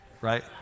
right